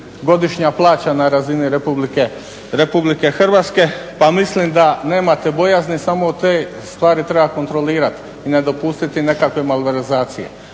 godišnja plaća na razini Republike Hrvatske. Pa mislim da nemate bojazni samo u te stvari treba kontrolirati i ne dopustiti nekakve malverzacije.